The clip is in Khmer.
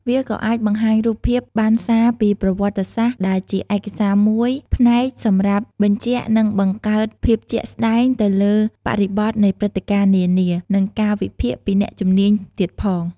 វាក៏អាចបង្ហាញរូបភាពបណ្ណសារពីប្រវត្តិសាស្ត្រ ដែលជាឯកសារមួយផ្នែកសម្រាប់បញ្ជាក់និងបង្កើតភាពជាក់ស្តែងទៅលើបរិបទនៃព្រឹត្តិការណ៍នានា និងការវិភាគពីអ្នកជំនាញទៀតផង។